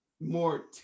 more